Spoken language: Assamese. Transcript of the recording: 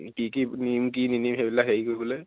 কি কি নিম কি নিনিম সেইবিলাক হেৰি কৰিবলৈ